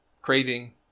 craving